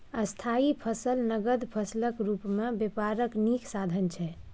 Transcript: स्थायी फसल नगद फसलक रुप मे बेपारक नीक साधन छै